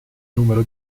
numero